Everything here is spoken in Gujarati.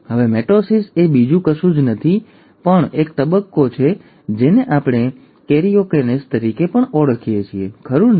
હવે મિટોસિસ એ બીજું કશું જ નહીં પણ એક તબક્કો પણ છે જેને આપણે કેરિઓકિનેસિસ પણ કહીએ છીએ ખરું ને